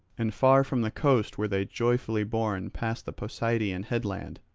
and far from the coast were they joyfully borne past the posideian headland.